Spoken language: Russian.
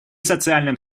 социальным